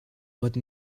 what